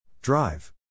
Drive